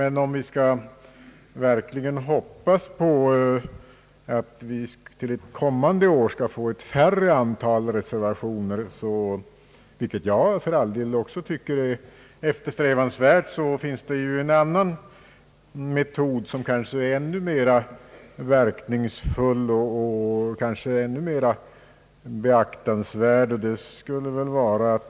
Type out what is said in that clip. Men om vi verkligen skall hoppas på att till ett kommande år få ett färre antal reservationer — vilket jag för all del också tycker är eftersträvansvärt — finns en annan metod som måhända är ännu mer verkningsfull och beaktansvärd.